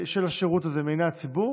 של השירות הזה מעיני הציבור